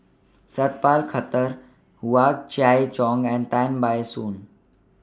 Sat Pal Khattar Hua Chai Yong and Tan Ban Soon